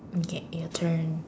okay your turn